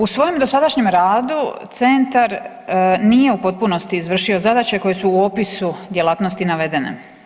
U svojem dosadašnjem radu, Centar nije u potpunosti izvršio zadaće koje su u opisu djelatnosti navedene.